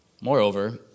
Moreover